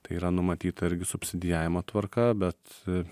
tai yra numatyta irgi subsidijavimo tvarka bet